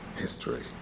history